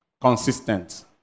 consistent